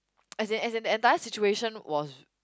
as in as the entire situation was